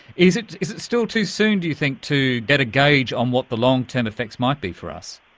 is it is it still too soon, do you think, to get a gauge on what the long-term effects might be for us?